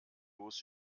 los